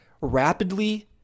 rapidly